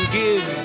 give